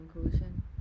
conclusion